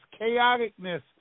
Chaoticness